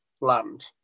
land